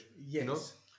Yes